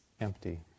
empty